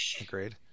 Agreed